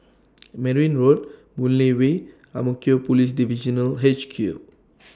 Merryn Road Boon Lay Way and Ang Mo Kio Police Divisional H Q